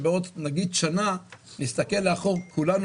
בעוד נגיד שנה נסתכל לאחור כולנו,